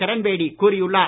கிரண்பேடி கூறியுள்ளார்